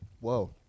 Whoa